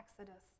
exodus